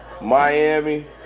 Miami